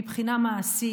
מבחינה מעשית,